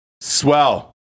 Swell